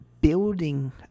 building